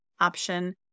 option